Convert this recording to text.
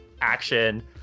action